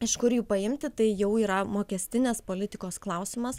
iš kur jų paimti tai jau yra mokestinės politikos klausimas